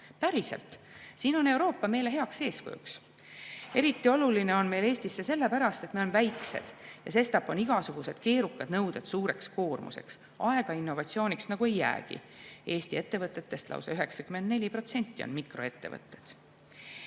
Päriselt. Siin on Euroopa meile heaks eeskujuks. Eriti oluline on see meil Eestis seepärast, et me oleme väikesed ja sestap on igasugused keerukad nõuded suureks koormuseks, aega innovatsiooniks nagu ei jäägi. Eesti ettevõtetest lausa 94% on mikroettevõtted. Head